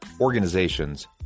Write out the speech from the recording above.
organizations